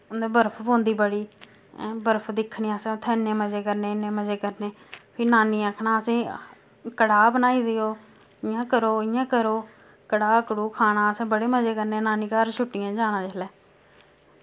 उं'दै बर्फ पौंदी बड़ी ऐं बर्फ दिक्खनी असें उत्थै इ'न्ने मजे करने इ'न्ने मजे करने फ्ही नानी गी आखना असेंगी कड़ाह् बनाई देओ इ'यां करो इ'यां करो कड़ाह् कड़ूह खाना असें बड़े मजे करने नानी घर छुट्टियें जाना जिसलै